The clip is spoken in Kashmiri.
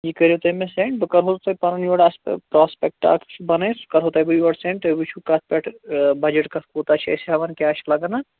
یہِ کٔرِو تُہۍ مےٚ سیٚنٛڈ بہٕ کَرٕہو تۄہہِ پَنُن یوٚرٕ اَسہِ پراسپیٚکٹ چھُ بنٲیِتھ سُہ کٔرٕہو بہٕ تۄہہِ یوٚرٕ سیٚنٛڈ تُہۍ وٕچھو کَتھ پٮ۪ٹھ ٲں بَجَٹ کَتھ کوٗتاہ چھِ أسۍ ہٮ۪وان کیٛاہ چھِ لَگان اَتھ